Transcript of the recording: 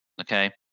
Okay